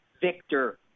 Victor